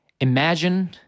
Imagine